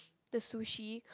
the sushi